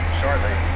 shortly